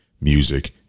music